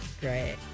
Great